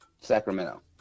Sacramento